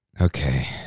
okay